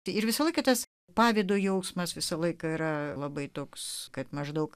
tai ir visą laiką tas pavydo jausmas visą laiką yra labai toks kad maždaug